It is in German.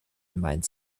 gemeint